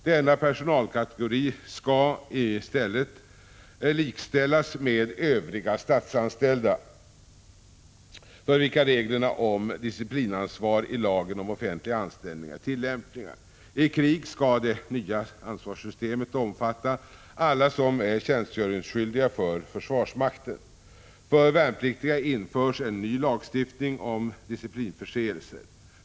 Denna personalkategori skall i stället likställas med övriga statsanställda, för vilka reglerna om disciplinansvar i lagen om offentlig anställning är tillämpliga. I krig skall det nya ansvarssystemet omfatta alla som är tjänstgöringsskyldiga vid försvarsmakten. För värnpliktiga införs en ny lagstiftning om disciplinförseelser.